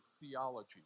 theology